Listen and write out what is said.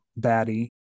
baddie